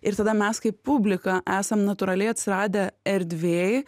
ir tada mes kaip publika esam natūraliai atsiradę erdvėj